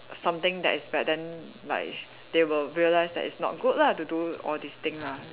something that is bad then like they will realise that it's not good lah to do all these thing lah